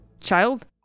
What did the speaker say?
child